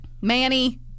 Manny